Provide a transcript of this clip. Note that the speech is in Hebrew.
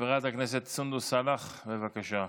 חברת הכנסת סונדוס סאלח, בבקשה.